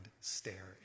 stare